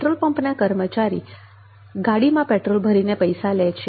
petrol પંપના કર્મચારી ગાડીમાં પેટ્રોલ ભરીને પૈસા લે છે